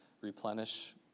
replenish